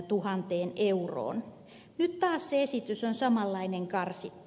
nyt taas se esitys on samanlainen karsittu